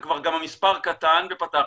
וכבר המספר קטן ופתחת,